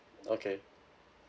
okay